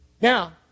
Now